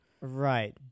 Right